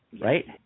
Right